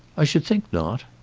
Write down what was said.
i should think not.